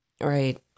Right